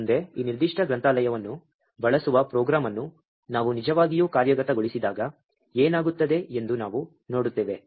ಮುಂದೆ ಈ ನಿರ್ದಿಷ್ಟ ಗ್ರಂಥಾಲಯವನ್ನು ಬಳಸುವ ಪ್ರೋಗ್ರಾಂ ಅನ್ನು ನಾವು ನಿಜವಾಗಿಯೂ ಕಾರ್ಯಗತಗೊಳಿಸಿದಾಗ ಏನಾಗುತ್ತದೆ ಎಂದು ನಾವು ನೋಡುತ್ತೇವೆ